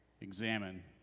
examine